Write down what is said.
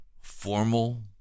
formal